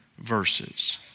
verses